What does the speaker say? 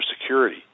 security